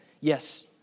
yes